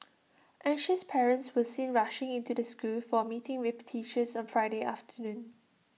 anxious parents were seen rushing into the school for A meeting with teachers on Friday afternoon